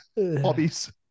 Hobbies